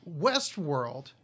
Westworld